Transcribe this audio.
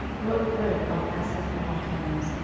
brought bread on asses, and on camels,